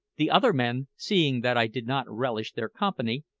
the other men, seeing that i did not relish their company,